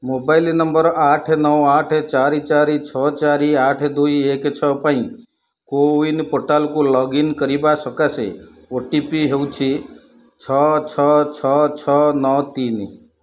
mobile number ଆଠ ନଅ ଆଠ ଚାରି ଚାରି ଛଅ ଚାରି ଆଠ ଦୁଇ ଏକ ଛଅ ପାଇଁ କୋୱିନ୍ ପୋର୍ଟାଲକୁ ଲଗ୍ଇନ୍ କରିବା ସକାଶେ ଓ ଟି ପି ହେଉଛି ଛଅ ଛଅ ଛଅ ଛଅ ନଅ ତିନି